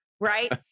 right